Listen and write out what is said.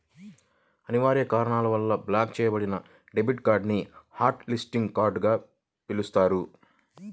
అనివార్య కారణాల వల్ల బ్లాక్ చెయ్యబడిన డెబిట్ కార్డ్ ని హాట్ లిస్టింగ్ కార్డ్ గా పిలుస్తారు